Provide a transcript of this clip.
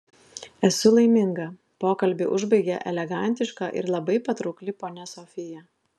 esu laiminga pokalbį užbaigė elegantiška ir labai patraukli ponia sofija